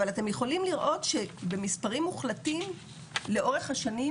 אבל אתם יכולים לראות שבמספרים מוחלטים לאורך השנים,